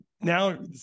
Now